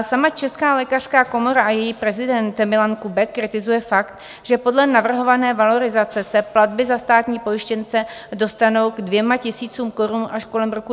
Sama Česká lékařská komora a její prezident Milan Kubek kritizuje fakt, že podle navrhované valorizace se platby za státní pojištěnce dostanou ke 2 000 korun až kolem roku 2025.